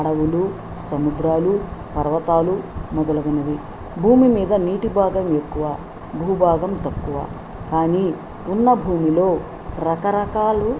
అడవులు సముద్రాలు పర్వతాలు మొదలగునవి భూమిమీద నీటి భాగం ఎక్కువ భూభాగం తక్కువ కానీ ఉన్న భూమిలో రకరకాలు